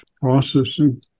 processing